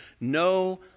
No